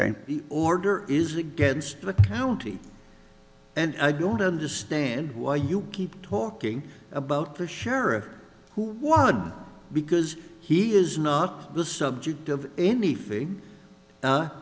the order is against the county and i don't understand why you keep talking about the sheriff who won because he is not the subject of anything